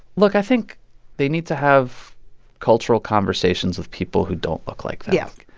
look. i think they need to have cultural conversations with people who don't look like them yeah.